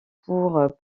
pour